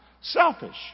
Selfish